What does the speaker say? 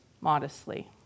modestly